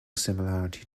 similarity